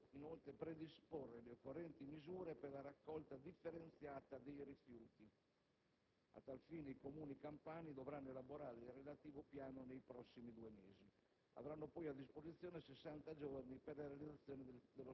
Nel medio termine occorre inoltre predisporre le occorrenti misure per la raccolta differenziata dei rifiuti. A tal fine, i Comuni campani dovranno elaborare il relativo piano nei prossimi due mesi;